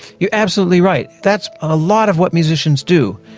you're absolutely right, that's a lot of what musicians do.